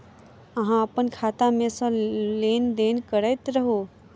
अहाँ अप्पन खाता मे सँ लेन देन करैत रहू?